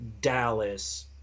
Dallas